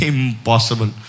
Impossible